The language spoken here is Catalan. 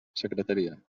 secretaria